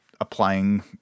applying